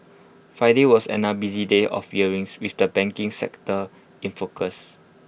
Friday was another busy day of earnings with the banking sector in focus